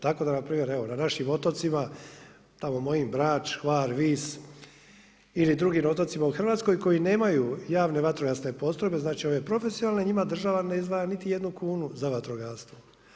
Tako da npr. na našim otocima, mojim Brač, Hvar, Vis ili drugim otocima u Hrvatskoj koji nemaju javne vatrogasne postrojbe, znači ove profesionalne njima država ne izdvaja niti jednu kunu za vatrogastvo.